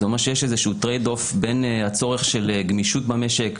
זה אומר שיש איזה שהוא "טרייד-אוף" בין הצורך של גמישות במשק.